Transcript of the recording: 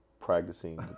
practicing